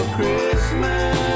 Christmas